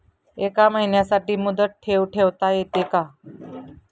एका महिन्यासाठी मुदत ठेव ठेवता येते का?